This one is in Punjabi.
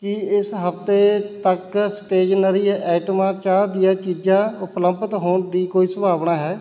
ਕੀ ਇਸ ਹਫ਼ਤੇ ਤੱਕ ਸਟੇਸ਼ਨਰੀ ਆਈਟਮਾਂ ਚਾਹ ਦੀਆਂ ਚੀਜ਼ਾਂ ਉਪਲਬਧ ਹੋਣ ਦੀ ਕੋਈ ਸੰਭਾਵਨਾ ਹੈ